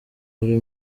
buri